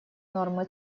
нормы